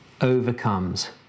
overcomes